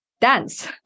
dance